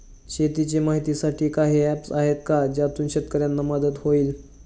शेतीचे माहितीसाठी काही ऍप्स आहेत का ज्यातून शेतकऱ्यांना मदत होईल?